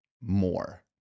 more